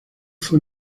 fue